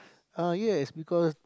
uh yes because